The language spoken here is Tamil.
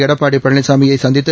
எடப்பாடி பழனிசாமியை சந்தித்து